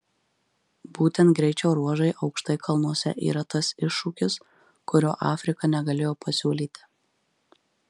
būtent greičio ruožai aukštai kalnuose yra tas iššūkis kurio afrika negalėjo pasiūlyti